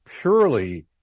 purely